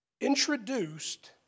introduced